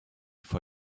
for